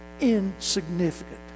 insignificant